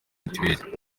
mituweli